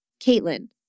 Caitlin